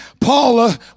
Paula